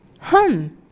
Hum